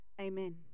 amen